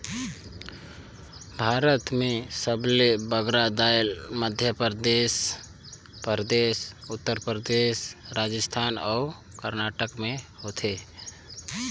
भारत में सबले बगरा दाएल मध्यपरदेस परदेस, उत्तर परदेस, राजिस्थान अउ करनाटक में होथे